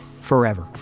Forever